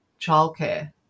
childcare